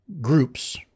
groups